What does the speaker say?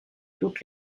toutes